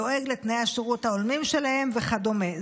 דואג לתנאי השירות ההולמים שלהם וכדומה.